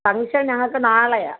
function ഞങ്ങൾക്ക് നാളെയാണ്